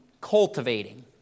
cultivating